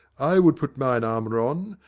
i would put mine armour on,